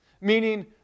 Meaning